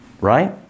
right